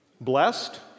Blessed